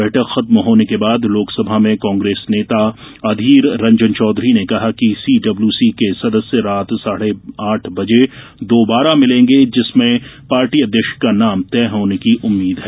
बैठक खत्म होने को बाद लोकसभा में कांग्रेस नेता अधीर रंजन चौधरी ने कहा कि सीडब्ल्यूसी के सदस्य रात साढ़े आठ बजे दोबारा भिलेंगे जिसमे पार्टी अध्यक्ष का नाम तय होने की उम्मीद है